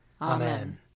Amen